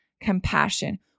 compassion